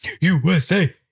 USA